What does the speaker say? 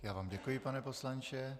Já vám děkuji, pane poslanče.